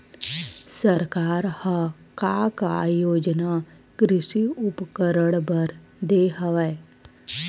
सरकार ह का का योजना कृषि उपकरण बर दे हवय?